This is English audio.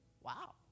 wow